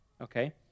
okay